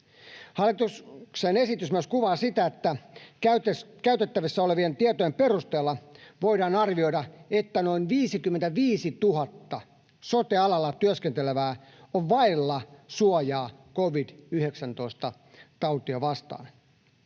Hallituksen esitys myös kuvaa sitä, että käytettävissä olevien tietojen perusteella voidaan arvioida, että noin 55 000 sote-alalla työskentelevää on vailla suojaa covid-19-tautia vastaan.